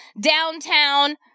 downtown